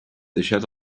deixat